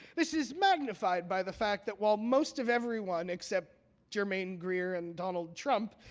this is magnified by the fact that while most of everyone, except germaine greer and donald trump,